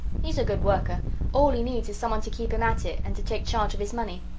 he's a good worker all he needs is some one to keep him at it, and to take charge of his money.